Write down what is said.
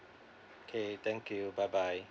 okay thank you bye bye